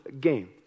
game